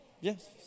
Yes